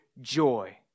joy